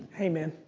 hey man.